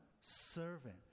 servant